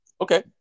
Okay